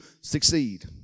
succeed